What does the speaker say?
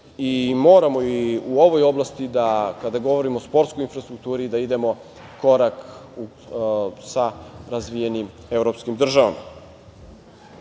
i moramo i u ovoj oblasti da kada govorimo o sportskoj infrastrukturi da idemo u korak sa razvijenim evropskim državama. Koliko